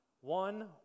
one